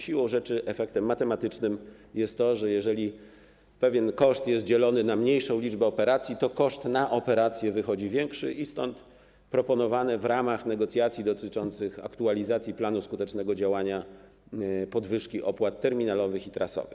Siłą rzeczy efektem matematycznym jest to, że jeżeli pewien koszt jest dzielony na mniejszą liczbę operacji, to koszt operacji wychodzi większy i stąd proponowane w ramach negocjacji dotyczących aktualizacji planu skutecznego działania podwyżki opłat terminalowych i trasowych.